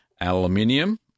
aluminium